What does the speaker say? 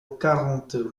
quarante